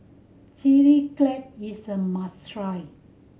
Chili Crab is a must try